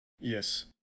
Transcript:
Yes